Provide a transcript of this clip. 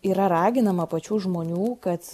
yra raginama pačių žmonių kad